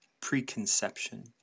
preconception